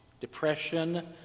depression